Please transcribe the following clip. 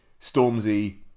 Stormzy